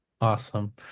awesome